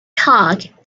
hawk